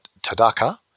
Tadaka